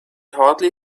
hardly